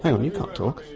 hang on, you can't talk.